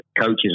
coaches